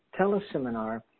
teleseminar